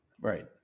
Right